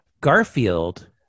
Garfield